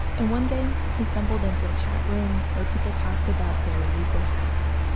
and one day he stumbled into a chatroom where people talked about their illegal hacks.